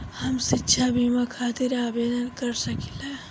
हम शिक्षा बीमा खातिर आवेदन कर सकिला?